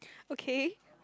okay